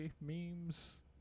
memes